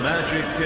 Magic